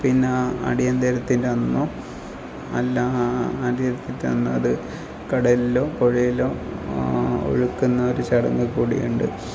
പിന്നെ അടിയന്തരത്തിൻ്റെ അന്നോ അല്ല ആ അടിയന്തരത്തിൻ്റെ അന്ന് അത് കടലിലോ പുഴയിലോ ഒഴുക്കുന്നൊരു ചടങ്ങ് കൂടി ഉണ്ട്